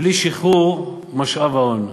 בלי שחרור משאב ההון.